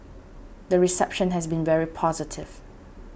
the reception has been very positive